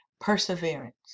perseverance